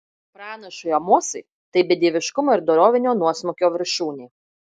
pranašui amosui tai bedieviškumo ir dorovinio nuosmukio viršūnė